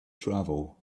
travel